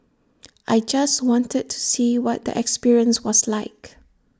I just wanted to see what the experience was like